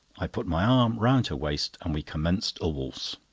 i put my arm round her waist and we commenced a waltz.